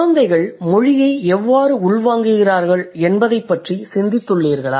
குழந்தைகள் மொழியை எவ்வாறு உள்வாங்குகிறார்கள் என்பதைப் பற்றி சிந்தித்துள்ளீர்களா